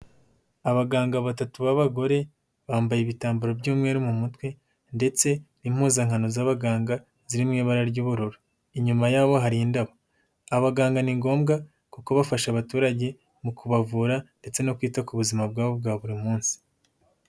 Abaganga batatu b'abagore, bambaye ibitambaro by'umweru mu mutwe ndetse n'impuzankano z'abaganga, ziri mu ibara ry'ubururu, inyuma yabo hari indabo, abaganga ni ngombwa, kuko bafasha abaturage mu kubavura ndetse no kwita ku buzima bwabo bwa buri munsi.